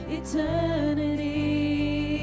eternity